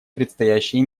предстоящие